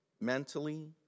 mentally